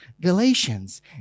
Galatians